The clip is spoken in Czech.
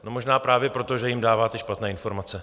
Možná právě proto, že jim dáváte špatné informace.